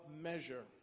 measure